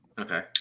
Okay